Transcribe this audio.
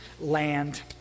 land